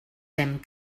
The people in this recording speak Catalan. fem